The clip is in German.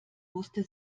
musste